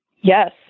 yes